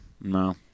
No